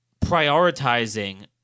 prioritizing